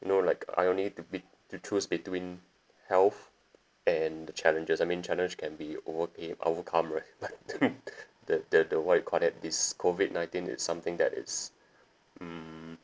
you know like I only need to bet~ to choose between health and the challenges I mean challenge can be overcame overcome right but the the the what you call that this COVID nineteen it's something that is mm